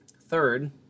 third